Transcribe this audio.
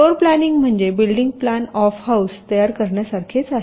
floor planning म्हणजे building plan of house तयार करण्यासारखेच आहे